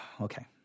Okay